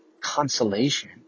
consolation